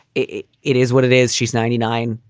it it is what it is. she's ninety nine,